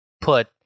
put